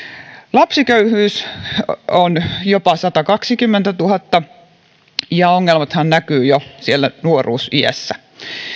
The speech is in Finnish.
lapsiköyhyys on jopa satakaksikymmentätuhatta ja ongelmathan näkyvät jo siellä nuoruusiässä